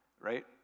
right